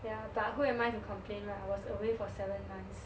ya but who am I to complain right I was away for seven months